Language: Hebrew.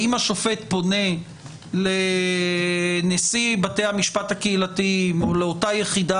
האם השופט פונה לנשיא בתי המשפט הקהילתיים או לאותה יחידה